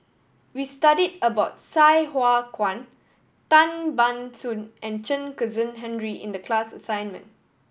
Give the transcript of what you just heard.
we studied about Sai Hua Kuan Tan Ban Soon and Chen Kezhan Henri in the class assignment